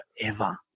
forever